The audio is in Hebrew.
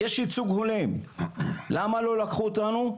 יש ייצוג הולם, למה לא לקחו אותנו?